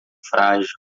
frágil